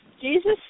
Jesus